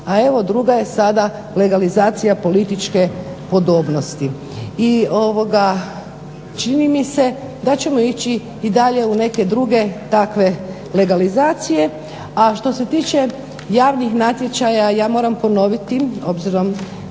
a evo druga je sada legalizacija političke podobnosti. I čini mi se da ćemo ići i dalje u neke druge takve legalizacije. A što se tiče javnih natječaja, ja moram ponoviti obzirom